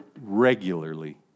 regularly